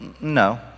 No